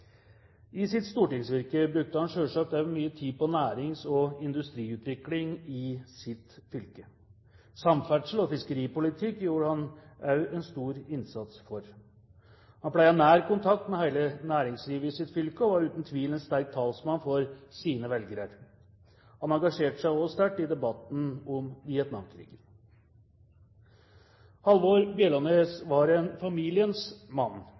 I sitt stortingsvirke brukte han selvsagt også mye tid på nærings- og industriutvikling i sitt fylke. Samferdsel og fiskeripolitikk gjorde han også en stor innsats for. Han pleiet nær kontakt med hele næringslivet i sitt fylke, og var uten tvil en sterk talsmann for sine velgere. Han engasjerte seg også sterkt i debatten om Vietnamkrigen. Halvor Bjellaanes var en familiens mann,